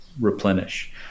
replenish